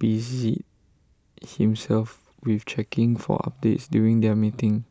busied himself with checking for updates during their meeting